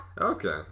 okay